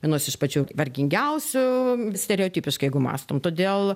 vienos iš pačių vargingiausių stereotipiškai jeigu mąstom todėl